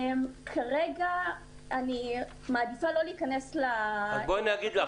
כרגע אני מעדיפה לא להיכנס --- אז בואי אני אגיד לך.